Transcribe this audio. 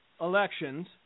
elections